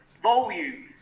Volume